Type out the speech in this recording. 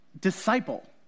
disciple